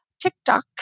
TikTok